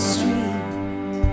Street